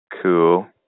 Cool